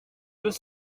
deux